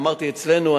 ואצלנו,